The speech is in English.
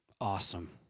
Awesome